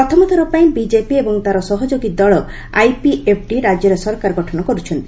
ପ୍ରଥମ ଥରପାଇଁ ବିଜେପି ଏବଂ ତା'ର ସହଯୋଗୀ ଦଳ ଆଇପିଏଫ୍ଟି ରାଜ୍ୟରେ ସରକାର ଗଠନ କରୁଛନ୍ତି